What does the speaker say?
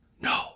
no